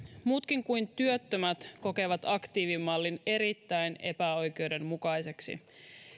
muutkin kuin työttömät kokevat aktiivimallin erittäin epäoikeudenmukaiseksi